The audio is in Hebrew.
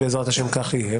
בעזרת השם, כך יהיה.